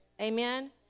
Amen